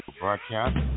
broadcast